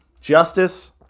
Justice